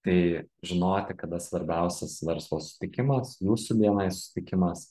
tai žinoti kada svarbiausias verslo sutikimas jūsų bni susitikimas